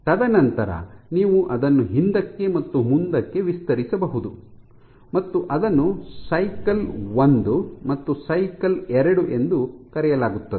ತದನಂತರ ನೀವು ಅದನ್ನು ಹಿಂದಕ್ಕೆ ಮತ್ತು ಮುಂದಕ್ಕೆ ವಿಸ್ತರಿಸಬಹುದು ಮತ್ತು ಅದನ್ನು ಸೈಕಲ್ ಒಂದು ಮತ್ತು ಸೈಕಲ್ ಎರಡು ಎಂದು ಕರೆಯಲಾಗುತ್ತದೆ